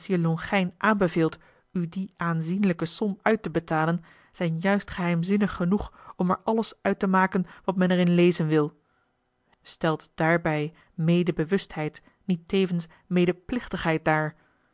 lonchijn aanbeveelt u die aanzienlijke som uit te betalen zijn juist geheimzinnig genoeg om er alles uit te maken wat men er in lezen wil stelt daarbij medebewustheid niet tevens medeplichtigheid daar